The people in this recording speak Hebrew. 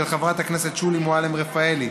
של חברת הכנסת שולי מועלם-רפאלי.